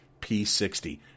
P60